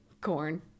corn